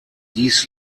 dies